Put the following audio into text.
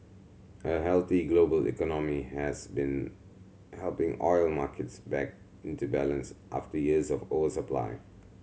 a healthy global economy has been helping oil markets back into balance after years of oversupply